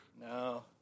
No